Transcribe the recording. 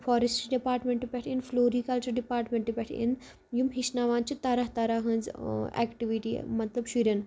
فارٮسٹہٕ ڈِپارٹمنٹہٕ پٮ۪ٹھ اِن فلورِکَلچَر ڈِپارٹمنٹہٕ پٮ۪ٹھ اِن یِم ہیٚچھناوان چھِ طرح طرح ہٕنٛز اٮ۪کٹِوِٹی مطلب شُرٮ۪ن